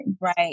Right